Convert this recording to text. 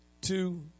two